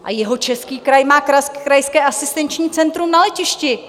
A Jihočeský kraj má krajské asistenční centrum na letišti.